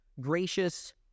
gracious